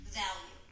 value